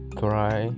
try